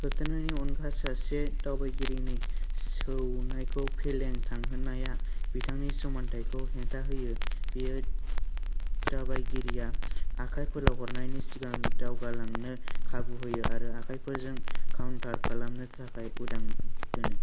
होबथानायनि अनगा सासे दावबागिरिनि सौनायखौ फेलें थांहोनाया बिथांनि समानथायखौ हेंथा होयो बेयो दावबायगिरिया आखाय फोलावहरनायनि सिगां दावगालांनो खाबु होयो आरो आखायफोरखौ काउन्टार खालामनो थाखाय उदां दोनो